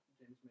James